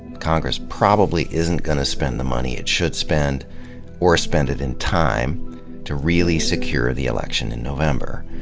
congress probably isn't going to spend the money it should spend or spend it in time to really secure the election in november.